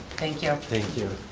thank you. thank you,